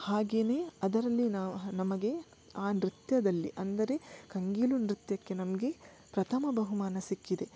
ಹಾಗೇ ಅದರಲ್ಲಿ ನಾ ನಮಗೆ ಆ ನೃತ್ಯದಲ್ಲಿ ಅಂದರೆ ಕಂಗೀಲು ನೃತ್ಯಕ್ಕೆ ನಮಗೆ ಪ್ರಥಮ ಬಹುಮಾನ ಸಿಕ್ಕಿದೆ